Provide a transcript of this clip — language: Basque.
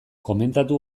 komentatu